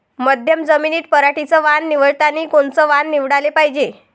मध्यम जमीनीत पराटीचं वान निवडतानी कोनचं वान निवडाले पायजे?